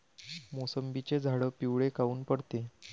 मोसंबीचे झाडं पिवळे काऊन पडते?